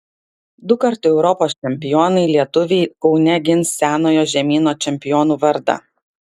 dukart europos čempionai lietuviai kaune gins senojo žemyno čempionų vardą